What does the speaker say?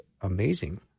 amazing